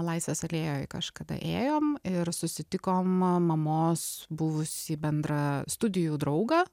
laisvės alėjoj kažkada ėjom ir susitikom mamos buvusį bendrą studijų draugą